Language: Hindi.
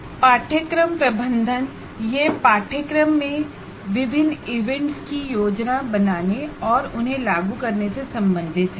कोर्स मैनेजमैंट यह कोर्स में विभिन्न इवेंट्स की योजना बनाने और उन्हें लागू करने से संबंधितहै